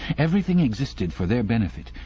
everything existed for their benefit.